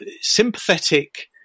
sympathetic